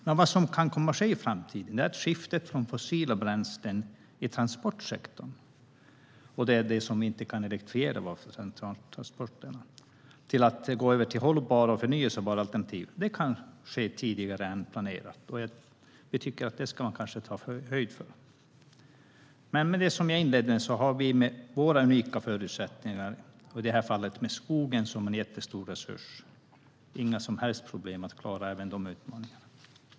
Men vad som kan komma att ske i framtiden är att skiftet från fossila bränslen i transportsektorn - det är det som inte kan elektrifieras - till hållbara och förnybara alternativ kan ske tidigare än planerat. Vi tycker att man kanske ska ta höjd för det. Men som jag inledde med har vi med våra unika förutsättningar, och i det här fallet med skogen som en jättestor resurs, inga som helst problem med att klara även den utmaningen.